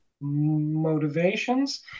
motivations